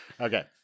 Okay